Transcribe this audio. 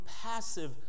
passive